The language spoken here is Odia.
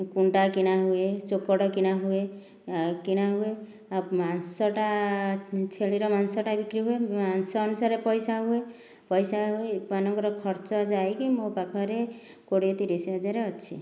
କୁଣ୍ଡା କିଣା ହୁଏ ଚୋକଡ଼ କିଣା ହୁଏ ଆଉ କିଣା ହୁଏ ମାଂସଟା ଛେଳିର ମାଂସ ବିକ୍ରି ହୁଏ ମାଂସ ଅନୁସାରେ ପଇସା ହୁଏ ପଇସା ହୁଏ ଏମାନଙ୍କର ଖର୍ଚ୍ଚ ଯାଇକି ମୋ ପାଖରେ କୋଡ଼ିଏ ତିରିଶ ହଜାର ଅଛି